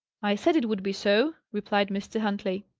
i said it would be so, replied mr. huntley.